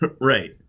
right